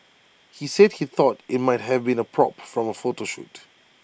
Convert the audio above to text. he said he thought IT might have been A prop from A photo shoot